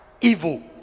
evil